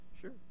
sure